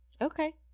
Okay